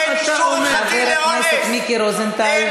מה אתה יודע מה אני קראתי?